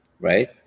right